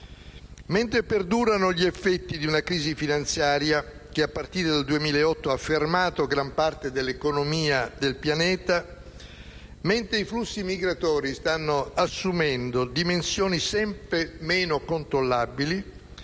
Mentre perdurano gli effetti di una crisi finanziaria che, a partire dal 2008, ha fermato gran parte dell'economia del pianeta, mentre i flussi migratori stanno assumendo dimensioni sempre meno controllabili,